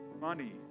money